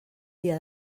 dia